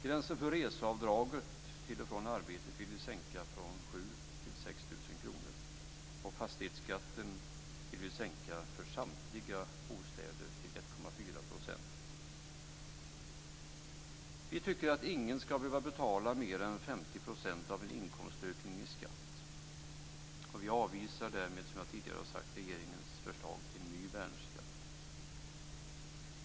Gränsen för avdraget för resor till och från arbetet vill vi sänka från 7 000 till 6 000 kr. Fastighetsskatten vill vi sänka för samtliga bostäder till 1,4 %. Vi tycker inte att någon skall behöva betala mer än 50 % av en inkomstökning i skatt. Vi avvisar därmed, som jag tidigare har sagt, regeringens förslag till ny värnskatt.